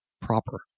proper